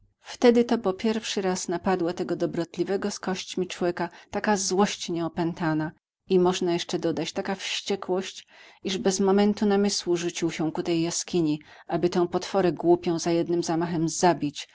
wtedy to po pierwszy raz napadła tego dobrotliwego z kośćmi człeka taka złość nieopętana i można jeszcze dodać taka wściekłość iż bez momentu namysłu rzucił się ku tej jaskini aby tę potworę głupią za jednym zamachem zabić